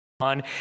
on